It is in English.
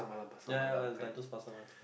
ya ya is like those pasar one